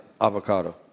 avocado